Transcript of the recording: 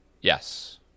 Yes